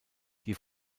die